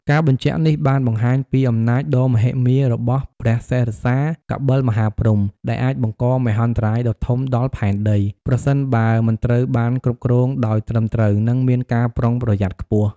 ការបញ្ជាក់នេះបានបង្ហាញពីអំណាចដ៏មហិមារបស់ព្រះសិរសាកបិលមហាព្រហ្ម ដែលអាចបង្កមហន្តរាយដ៏ធំដល់ផែនដី ប្រសិនបើមិនត្រូវបានគ្រប់គ្រងដោយត្រឹមត្រូវ និងមានការប្រុងប្រយ័ត្នខ្ពស់។